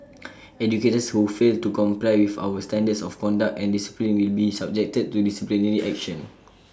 educators who fail to comply with our standards of conduct and discipline will be subjected to disciplinary action